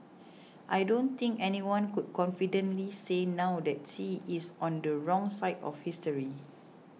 I don't think anyone could confidently say now that Xi is on the wrong side of history